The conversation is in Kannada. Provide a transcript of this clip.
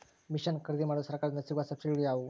ಮಿಷನ್ ಖರೇದಿಮಾಡಲು ಸರಕಾರದಿಂದ ಸಿಗುವ ಸಬ್ಸಿಡಿಗಳು ಯಾವುವು?